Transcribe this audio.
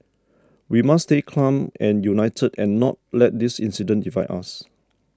we must stay calm and united and not let this incident divide us